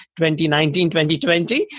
2019-2020